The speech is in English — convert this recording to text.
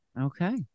Okay